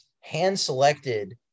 hand-selected